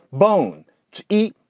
bown to eat.